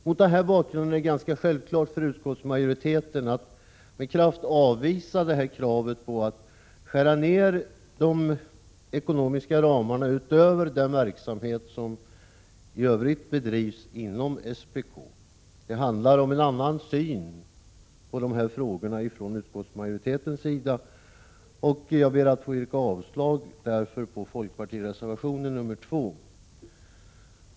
Mot denna bakgrund är det ganska självklart för utskottsmajoriteten att med kraft avvisa kravet på att de ekonomiska ramarna skall beskäras närdet gäller den verksamhet som i övrigt bedrivs inom SPK. Utskottsmajoriteten har en annan syn på dessa frågor än folkpartiet, och jag ber att få yrka avslag på folkpartireservationen nr 2.